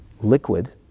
liquid